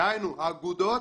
דהיינו האגודות